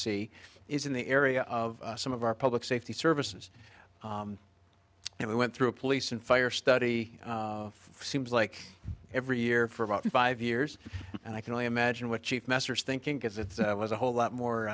see is in the area of some of our public safety services and we went through a police and fire study seems like every year for about five years and i can only imagine what chief masters thinking because it was a whole lot more